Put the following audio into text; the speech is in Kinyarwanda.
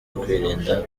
kwirinda